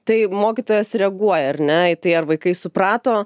tai mokytojas reaguoja ar ne į tai ar vaikai suprato